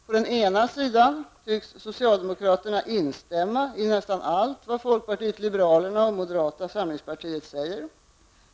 På den ena sidan tycks socialdemokraterna instämma i nästan allt vad folkpartiet liberalerna och moderata samlingspartiet säger.